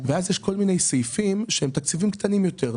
ואז יש כל מיני סעיפים שהם תקציבים קטנים יותר,